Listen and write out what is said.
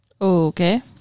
okay